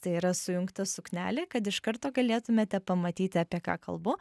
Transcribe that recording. tai yra sujungta suknelė kad iš karto galėtumėte pamatyti apie ką kalbu